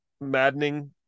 maddening